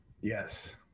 Yes